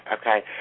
okay